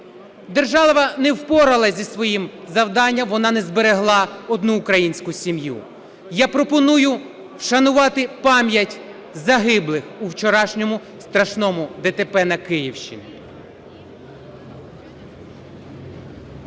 Держава не впоралась зі своїм завданням, вона не зберегла одну українську сім'ю. Я пропоную вшанувати пам'ять загиблих у вчорашньому страшному ДТП на Київщині.